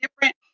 different